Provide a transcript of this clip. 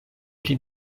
pli